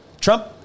Trump